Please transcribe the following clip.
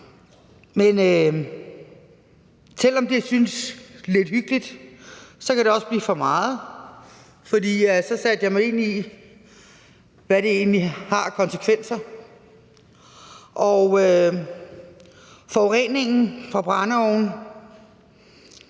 Men selv om det synes lidt hyggeligt, kan det også blive for meget, for så satte jeg mig ind i, hvad det egentlig har af konsekvenser, og forureningen fra brændeovne